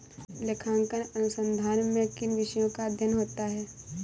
लेखांकन अनुसंधान में किन विषयों का अध्ययन होता है?